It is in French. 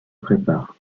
préparent